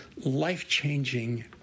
life-changing